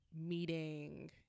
meeting